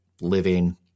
living